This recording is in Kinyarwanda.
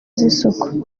z’isuku